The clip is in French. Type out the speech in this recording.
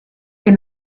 est